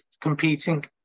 competing